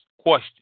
question